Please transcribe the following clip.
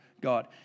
God